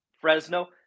Fresno